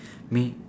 mean